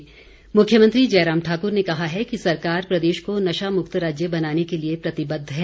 मुख्यमंत्री मुख्यमंत्री जयराम ठाकुर ने कहा है कि सरकार प्रदेश को नशा मुक्त राज्य बनाने के लिए प्रतिबद्ध है